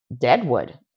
Deadwood